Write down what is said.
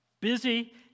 Busy